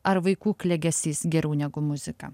ar vaikų klegesys geriau negu muzika